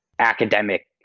academic